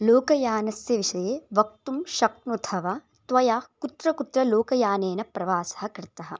लोकयानस्य विषये वक्तुं शक्नुथ वा त्वया कुत्र कुत्र लोकयानेन प्रवासः कृत्तः